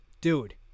Dude